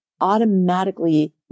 automatically